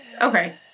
okay